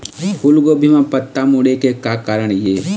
फूलगोभी म पत्ता मुड़े के का कारण ये?